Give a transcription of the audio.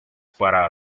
para